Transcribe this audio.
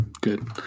good